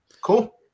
cool